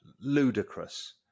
ludicrous